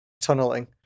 Tunneling